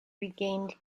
regained